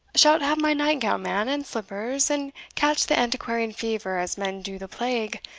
shalt have my night-gown, man, and slippers, and catch the antiquarian fever as men do the plague,